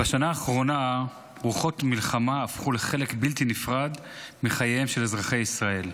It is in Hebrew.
בשנה האחרונה רוחות מלחמה הפכו לחלק בלתי נפרד מחייהם של אזרחי ישראל.